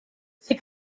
sie